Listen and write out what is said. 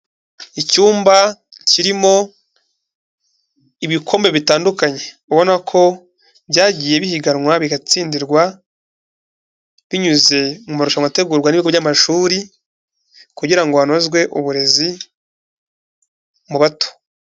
Icyumba kirimo ibikombe bitandukanye, ubona ko byagiye bihiganwa bigatsindirwa binyuze mu marushanwa, ategurwa n'ibigo by'amashuri kugira ngo hanozwe uburezi mu bato.